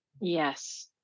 Yes